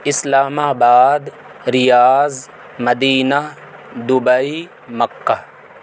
اسلام آباد Riyadh Medina Dubai مکہ